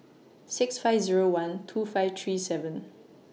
six five Zero one two five three seven